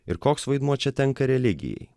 ir koks vaidmuo čia tenka religijai